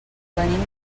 venim